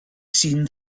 seen